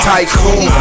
Tycoon